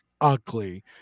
ugly